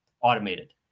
automated